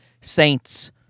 saints